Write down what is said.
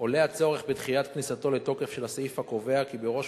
עולה הצורך בדחיית כניסתו לתוקף של הסעיף הקובע כי בראש